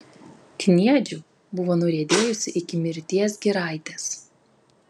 kniedžių buvo nuriedėjusių iki mirties giraitės